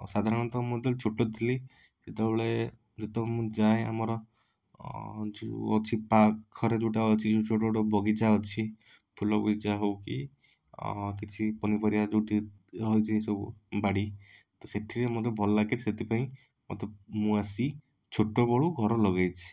ଆଉ ସାଧାରଣତଃ ମୁଁ ଯେତେବେଳେ ଛୋଟ ଥିଲି ସେତେବେଳେ ଯେତେବେଳେ ମୁଁ ଯାଏ ଆମର ଯେଉଁ ଅଛି ପାଖରେ ଯେଉଁଟା ଅଛି ଯେଉଁ ସେଉଠୁ ଗୋଟେ ବଗିଚା ଅଛି ଫୁଲ ବଗିଚା ହଉ କି କିଛି ପନିପରିବା ଯେଉଁଠି ହେଇଛି ସବୁ ବାଡ଼ି ତ ସେଥିରେ ମୋତେ ଭଲ ଲାଗେ ସେଥିପାଇଁ ମୋତେ ମୁଁ ଆସି ଛୋଟବେଳୁ ଘର ଲଗାଇଛି